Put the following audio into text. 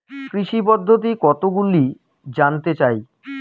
কৃষি পদ্ধতি কতগুলি জানতে চাই?